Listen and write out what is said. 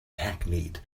hackneyed